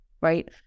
right